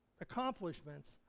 accomplishments